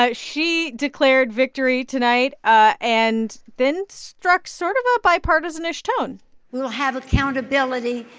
ah she declared victory tonight ah and then struck sort of a bipartisanish tone we'll have accountability,